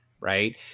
right